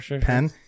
pen